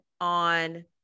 on